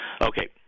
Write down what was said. Okay